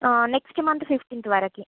next month fifteenth వరకు